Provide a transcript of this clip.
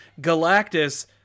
Galactus